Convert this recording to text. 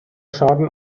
schaden